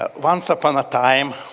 ah once upon a time,